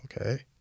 okay